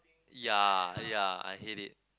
ya ya I hate it